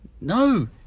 No